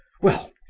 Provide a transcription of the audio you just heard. well,